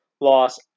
loss